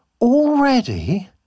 already